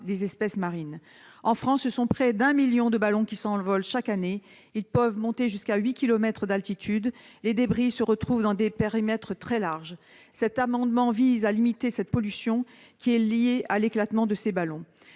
d'animaux marins. En France, ce sont près d'un million de ballons qui s'envolent chaque année. Ils peuvent monter jusqu'à huit kilomètres d'altitude et leurs débris se retrouvent dans des périmètres très larges. Cet amendement vise à limiter la pollution liée à l'éclatement des ballons